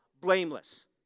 blameless